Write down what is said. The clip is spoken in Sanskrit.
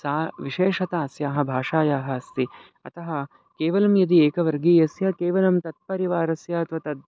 सा विशेषता अस्याः भाषायाः अस्ति अतः केवलं यदि एकवर्गीयस्य केवलं तत्परिवारस्य अथवा तद्